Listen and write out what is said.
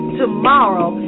tomorrow